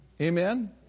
Amen